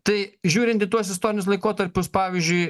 tai žiūrint į tuos istorinius laikotarpius pavyzdžiui